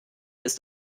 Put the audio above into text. ist